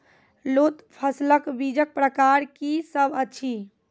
लोत फसलक बीजक प्रकार की सब अछि?